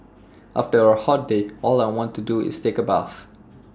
after A hot day all I want to do is take A bath